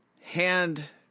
Hand